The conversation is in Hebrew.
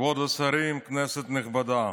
כבוד השרים, כנסת נכבדה,